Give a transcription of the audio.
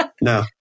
No